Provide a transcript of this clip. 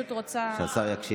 שהשר יקשיב.